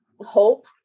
hope